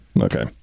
okay